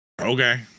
okay